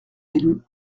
élus